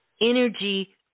Energy